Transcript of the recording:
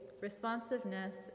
responsiveness